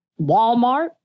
Walmart